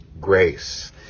grace